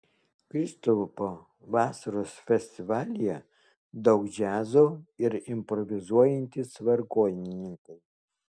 kristupo vasaros festivalyje daug džiazo ir improvizuojantys vargonininkai